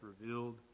revealed